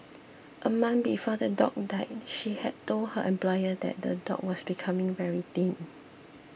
a month before the dog died she had told her employer that the dog was becoming very thin